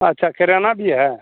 अच्छा केराना भी है